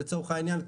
לצורך העניין,